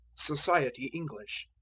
society english.